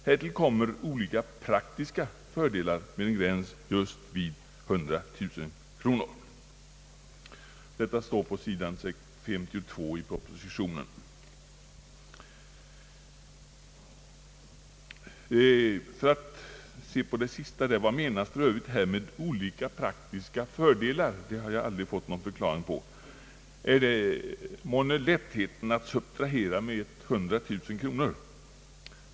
Härtill kommer olika praktiska fördelar med en gräns just vid 100 000 kr.» Vad menas för övrigt med olika praktiska fördelar? Det har jag aldrig fått någon förklaring på. Är det månne lättheten att subtrahera med 100 000 kronor?